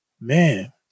man